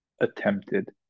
attempted